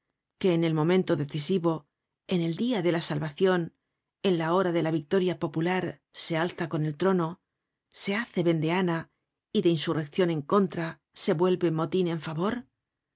que en el momento decisivo en el dia de la salvacion en la hora de la victoria popular se alza con el trono se hace vendeana y de insurreccion en contra se vuelve motin en favor